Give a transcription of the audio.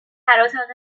اتاق